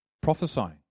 prophesying